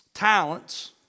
Talents